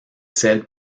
celle